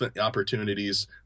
opportunities